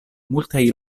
multaj